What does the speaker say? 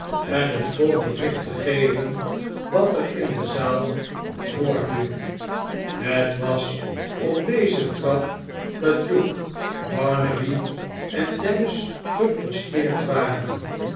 en het volk bericht te geven wat er in de zaal voorviel het was op deze trap dat hugh barnaby en dennis geposteerd waren